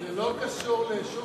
זה לא קשור לשום כיבוש.